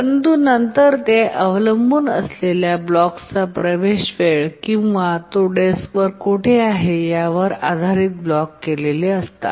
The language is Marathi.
परंतु नंतर ते अवलंबून असलेल्या ब्लॉक्सचा प्रवेश वेळ किंवा तो डेस्कवर कोठे आहे यावर आधारित ब्लॉक केलेले असतात